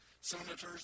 senators